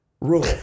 rule